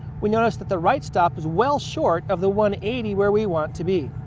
we notice that the right stop is well short of the one eighty where we want to be.